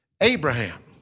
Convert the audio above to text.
Abraham